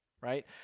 right